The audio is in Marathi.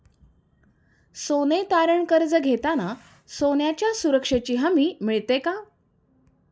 सोने तारण कर्ज घेताना सोन्याच्या सुरक्षेची हमी मिळते का?